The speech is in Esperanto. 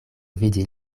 vidi